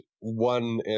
one